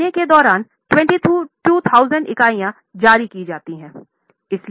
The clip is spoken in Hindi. अब महीने के दौरान 22000 इकाइयाँ जारी की जाती हैं